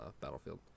battlefield